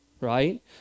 right